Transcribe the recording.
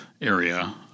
area